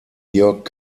georg